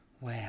wow